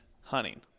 hunting